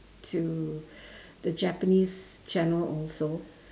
to the Japanese channel also